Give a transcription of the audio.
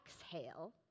exhale